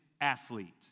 athlete